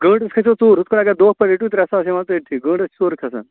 گنٛٹَس کھسٮ۪و ژوٚر ہُتھٕ پٲٹھۍ اَگر دۄہ پٲٹھۍ رٔٹِو ترٛےٚ ساس ہٮ۪مہو تۅہہِ أتۍتھٕے گنٛٹَس چھِ ژوٚر کھسان